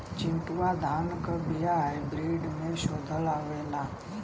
चिन्टूवा धान क बिया हाइब्रिड में शोधल आवेला?